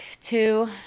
two